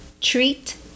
treat